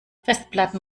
festplatten